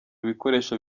ibikoresho